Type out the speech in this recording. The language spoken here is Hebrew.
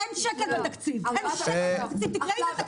אין שקל בתקציב, תקראי את התקציב.